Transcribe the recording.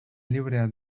librea